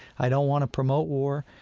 i don't want to promote war,